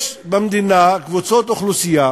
יש במדינה קבוצות אוכלוסייה